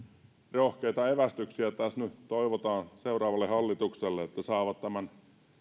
rohkeita evästyksiä tässä nyt toivotaan seuraavalle hallitukselle että saavat tämän